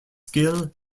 skill